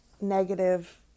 negative